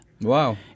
Wow